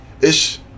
Ish